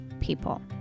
people